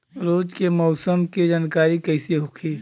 रोज के मौसम के जानकारी कइसे होखि?